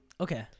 Okay